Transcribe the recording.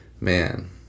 man